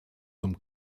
zum